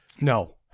No